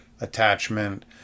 attachment